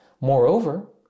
Moreover